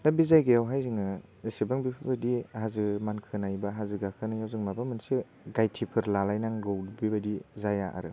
दा बे जायगायावहाय जोङो एसेबां बेफोरबायदि हाजो मानखोनाय बा हाजो गाखोनायाव जों माबा मोनसे गाइथिफोर लालायनांगौ बेबायदि जाया आरो